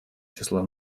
числа